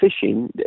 fishing